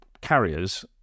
carriers